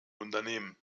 unternehmen